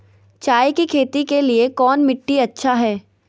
चाय की खेती के लिए कौन मिट्टी अच्छा हाय?